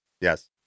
yes